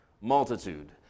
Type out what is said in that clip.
multitude